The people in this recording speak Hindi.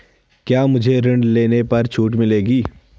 क्या मुझे ऋण लेने पर छूट मिलेगी?